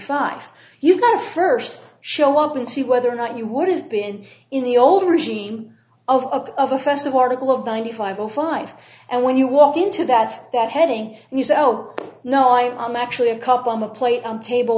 five you go first show up and see whether or not you would have been in the old regime of of a festival article of ninety five zero five and when you walk into that that heading and you say oh no i am actually a cup on a plate on table